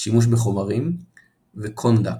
שימוש בחומרים ו Conduct.